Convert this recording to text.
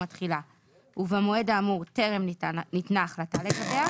התחילה ובמועד האמור טרם ניתנה החלטה לגביה,